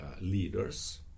leaders